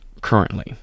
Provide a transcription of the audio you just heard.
currently